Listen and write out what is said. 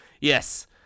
yes